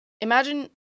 imagine